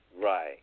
Right